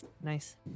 Nice